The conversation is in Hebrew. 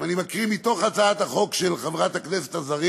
ואני מקריא מתוך הצעת החוק של רחל עזריה: